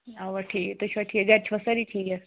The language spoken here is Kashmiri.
آ ٹھیٖک تُہۍ چھِوٕ ٹھیٖک گَرِ چھِوٕ سٲری ٹھیٖک